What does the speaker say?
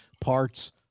parts